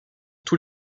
tous